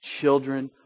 children